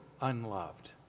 unloved